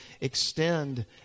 extend